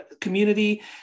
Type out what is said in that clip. community